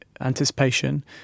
anticipation